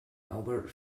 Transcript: albert